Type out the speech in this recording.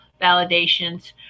validations